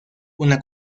una